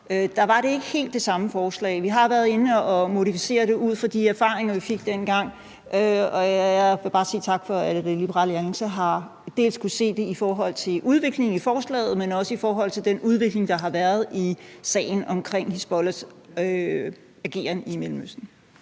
år siden, ikke var helt det samme forslag. Vi har været inde at modificere det ud fra de erfaringer, vi fik dengang, og jeg vil bare sige tak for, at Liberal Alliance har kunnet se det i forhold til udviklingen i forslaget, men også i forhold til den udvikling, der har været i sagen omkring Hizbollahs ageren i Mellemøsten.